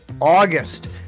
August